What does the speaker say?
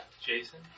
Jason